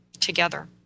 together